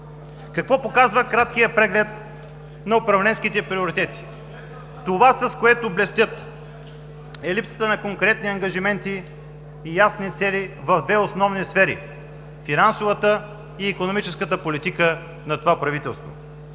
Какво показва краткият преглед на управленските приоритети? Това, с което блестят, е липсата на конкретни ангажименти и ясни цели в две основни сфери – финансовата и икономическата политика на това правителство.